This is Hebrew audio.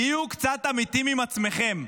תהיו קצת אמיתיים עם עצמכם.